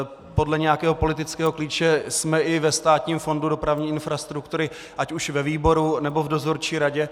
Podle nějakého politického klíče jsme i ve Státním fondu dopravní infrastruktury, ať už ve výboru, nebo v dozorčí radě.